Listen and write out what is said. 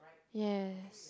yes